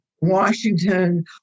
Washington